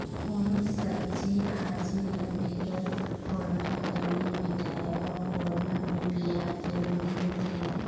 कोनोच सब्जी भाजी हर बिगर फोरना कर नी मिठाए अउ फोरना में पियाज जरूरी होथे